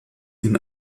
ihn